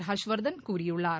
ஹர்ஷ்வர்தன் கூறியுள்ளார்